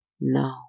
No